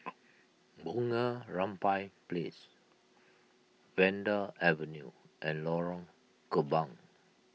Bunga Rampai Place Vanda Avenue and Lorong Kembang